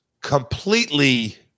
completely